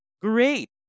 great